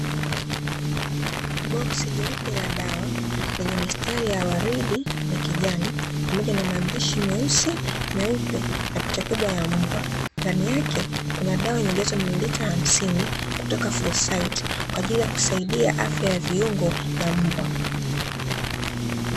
Boksi jeupe la dawa lenye mistari ya waridi na kijani pamoja na maandishi meusi, meupe na picha kubwa ya mbwa ndani yake kuna dawa yenye ujazo wa mili lita hamsini kutoka "4CYTE" kwa ajili ya kusaidia afga ya viungo ya mbwa.